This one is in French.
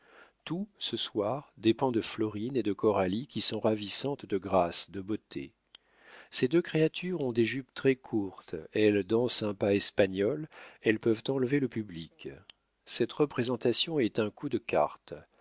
tout ce soir dépend de florine et de coralie qui sont ravissantes de grâce de beauté ces deux créatures ont des jupes très courtes elles dansent un pas espagnol elles peuvent enlever le public cette représentation est un coup de cartes